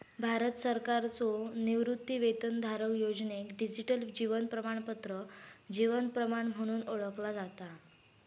भारत सरकारच्यो निवृत्तीवेतनधारक योजनेक डिजिटल जीवन प्रमाणपत्र जीवन प्रमाण म्हणून ओळखला जाता